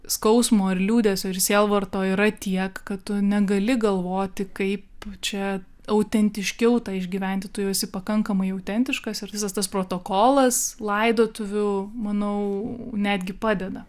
skausmo ir liūdesio ir sielvarto yra tiek kad tu negali galvoti kaip čia autentiškiau tą išgyventi tu jau esi pakankamai autentiškas ir visas tas protokolas laidotuvių manau netgi padeda